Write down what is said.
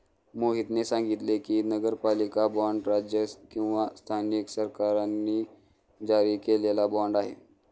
मोहितने सांगितले की, नगरपालिका बाँड राज्य किंवा स्थानिक सरकारांनी जारी केलेला बाँड आहे